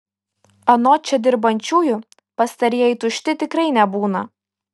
anot čia dirbančiųjų pastarieji tušti tikrai nebūna